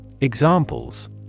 Examples